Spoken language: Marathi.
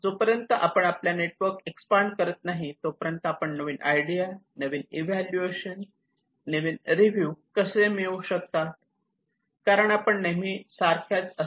जोपर्यंत आपण आपल्या नेटवर्क एक्सपांड करत नाही तोपर्यंत आपण नवीन आयडिया नवीन इव्हॅल्युएशन नवीन रेव्ह्यू कसे मिळवू शकता